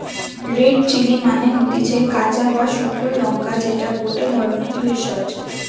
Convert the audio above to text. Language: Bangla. রেড চিলি মানে হতিছে কাঁচা বা শুকলো লঙ্কা যেটা গটে ধরণের ভেষজ